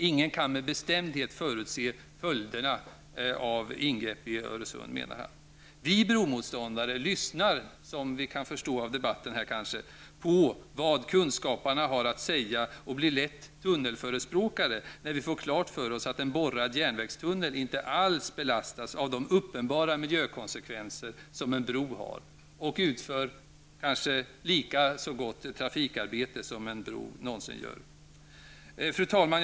Ingen kan med bestämdhet förutse följderna av ingrepp i Öresund, menar han. Vi bromotståndare lyssnar, som man kanske kan förstå av debatten här, på vad kunskaparna har att säga och blir lätt tunnelförespråkare när vi får klart för oss att en borrad järnvägstunnel inte alls belastas av de uppenbara miljökonsekvenser som en bro får. En tunnel utför kanske ett lika gott trafikarbete som en bro någonsin gör. Fru talman!